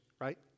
right